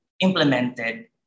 implemented